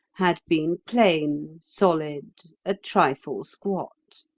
had been plain, solid, a trifle squat.